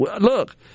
Look